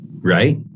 right